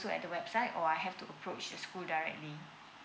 at the website or I have to approach the school directly